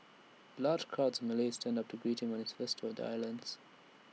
large crowds of Malays turned up to greet him on his first tour of islands